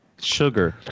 Sugar